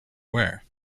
aware